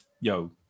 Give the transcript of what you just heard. yo